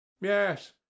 Yes